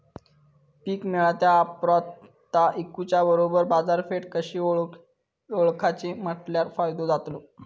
पीक मिळाल्या ऑप्रात ता इकुच्या बरोबर बाजारपेठ कशी ओळखाची म्हटल्या फायदो जातलो?